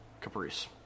Caprice